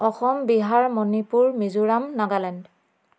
Assam Bihar Manipur Mizoram Nagaland